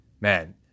man